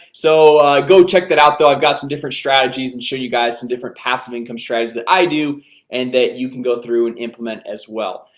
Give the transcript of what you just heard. so go check that out though i've got some different strategies and show you guys some different passive income strategies that i do and that you can go through and implement as well,